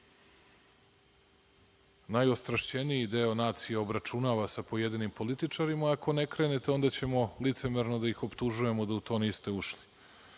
najostrašćeniji deo nacije obračunava sa pojedinim političarima, ako ne krenete, onda ćemo licemerno da ih optužujemo da u to niste ušli. Što